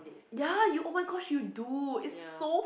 ya you oh-my-gosh you do it's so